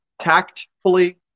tactfully